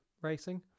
racing